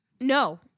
no